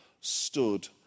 stood